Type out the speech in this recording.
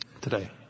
today